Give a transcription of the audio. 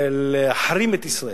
להחרים את ישראל.